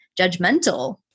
judgmental